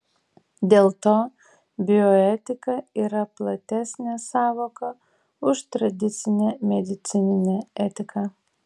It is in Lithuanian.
dėl to bioetika yra platesnė sąvoka už tradicinę medicininę etiką